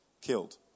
Killed